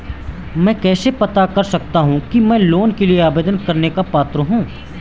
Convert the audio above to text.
मैं कैसे पता कर सकता हूँ कि मैं लोन के लिए आवेदन करने का पात्र हूँ?